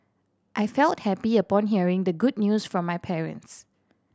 I felt happy upon hearing the good news from my parents